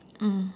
mm